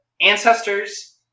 ancestors